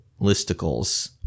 listicles